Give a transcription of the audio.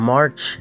March